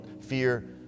fear